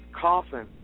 coffin